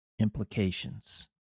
implications